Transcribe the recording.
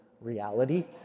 reality